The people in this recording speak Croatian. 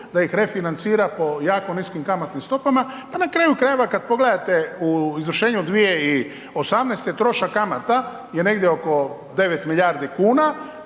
da ih refinancira po jako niskim kamatnim stopama. Pa na kraju krajeva kad pogledate u izvršenju 2018. trošak kamata je negdje oko 9 milijardi kuna